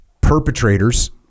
perpetrators